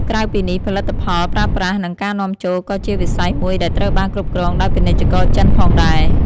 ក្រៅពីនេះ ផលិតផលប្រើប្រាស់និងការនាំចូលក៏ជាវិស័យមួយដែលត្រូវបានគ្រប់គ្រងដោយពាណិជ្ជករចិនផងដែរ។